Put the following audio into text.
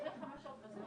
מערים אחרות לתקופות